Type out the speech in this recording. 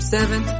Seven